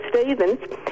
Stevens